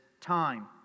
time